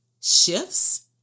shifts